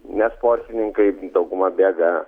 ne sportininkai dauguma bėga